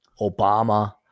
obama